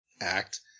act